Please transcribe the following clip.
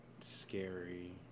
scary